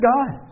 God